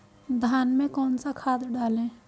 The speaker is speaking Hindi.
धान में कौन सा खाद डालें?